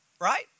right